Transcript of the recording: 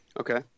Okay